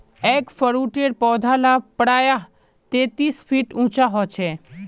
एगफ्रूटेर पौधा ला प्रायः तेतीस फीट उंचा होचे